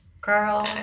girl